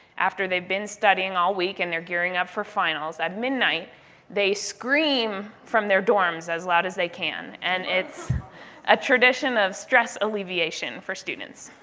after they've been studying all week and they're gearing up for finals, at midnight they scream from their dorms as loud as they can. and it's a tradition of stress alleviation for students.